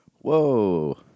Whoa